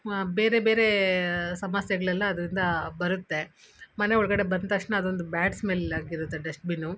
ಬೇರೆ ಬೇರೇ ಸಮಸ್ಯೆಗಳೆಲ್ಲ ಅದ್ರಿಂದ ಬರುತ್ತೆ ಮನೆ ಒಳಗಡೆ ಬಂದ ತಕ್ಷಣ ಅದೊಂದು ಬ್ಯಾಡ್ ಸ್ಮೆಲ್ ಆಗಿರೊ ಅಂತ ಡಸ್ಟ್ಬಿನು